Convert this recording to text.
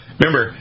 Remember